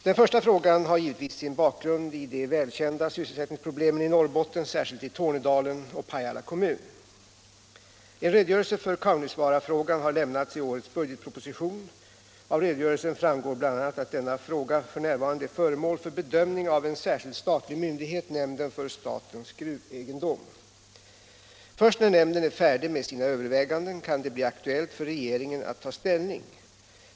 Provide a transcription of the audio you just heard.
Den första frågan har givetvis sin bakgrund i de välkända sysselsättningsproblemen i Norrbotten, särskilt i Tornedalen och Pajala kommun. En redogörelse för Kaunisvaarafrågan har lämnats i årets budgetproposition . Av redogörelsen framgår bl.a. att denna fråga f.n. är föremål för bedömning av en särskild statlig myndighet, nämnden för statens gruvegendom. Först när nämnden är färdig med sina överväganden kan det bli aktuellt för regeringen att ta ställning.